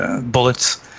bullets